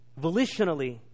volitionally